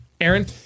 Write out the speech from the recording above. Aaron